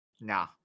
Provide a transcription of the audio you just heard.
Nah